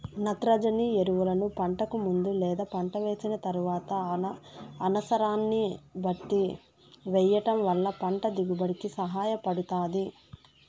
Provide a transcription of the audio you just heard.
నత్రజని ఎరువులను పంటకు ముందు లేదా పంట వేసిన తరువాత అనసరాన్ని బట్టి వెయ్యటం వల్ల పంట దిగుబడి కి సహాయపడుతాది